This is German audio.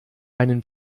einen